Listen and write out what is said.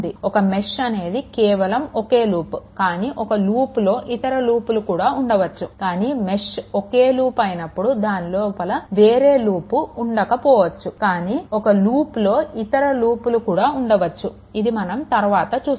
ఒక మెష్ అనేది కేవలం ఒకే లూప్ కానీ ఒక లూప్లో ఇతర లూప్ కూడా ఉండవచ్చు కానీ మెష్ ఒకే లూప్ అయినప్పుడు దాని లోపల వేరే లూప్ ఉండకపోవచ్చు కానీ ఒక లూప్లో ఇతర లూప్లు కూడా ఉండవచ్చు అది మనం తరువాత చూస్తాము